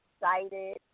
excited